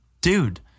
dude